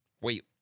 Wait